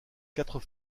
quatre